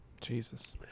Jesus